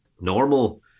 normal